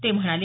ते म्हणाले